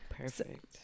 perfect